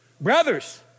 Brothers